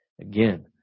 Again